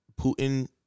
Putin